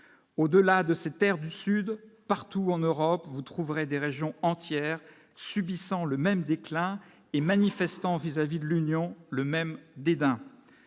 au-delà de ces Terres du Sud partout en Europe, vous trouverez des régions entières, subissant le même déclin et manifestants vis-à-vis de l'Union, le même dédain